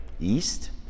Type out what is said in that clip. east